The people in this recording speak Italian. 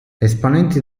esponenti